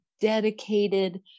dedicated